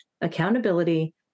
accountability